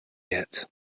yet